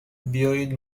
بیایید